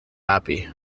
happy